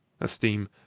esteem